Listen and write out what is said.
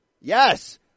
yes